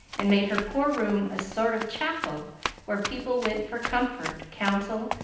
and make her poor room a sort of chapel where people went for comfort, counsel,